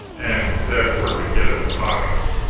and therefore could get at my pockets.